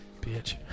Bitch